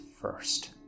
first